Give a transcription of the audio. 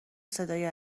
صدای